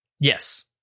Yes